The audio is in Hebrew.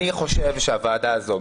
אני חושב שהוועדה הזו,